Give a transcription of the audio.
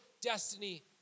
destiny